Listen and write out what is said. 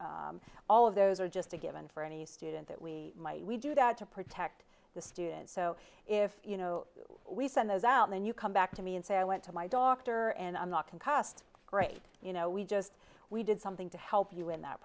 rast all of those are just a given for any student that we might we do that to protect the students so if you know we send those out and you come back to me and say i went to my doctor and i'm not concussed great you know we just we did something to help you in that